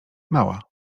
mała